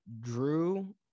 drew